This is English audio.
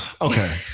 okay